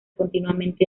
continuamente